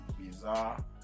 bizarre